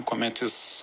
kuomet jis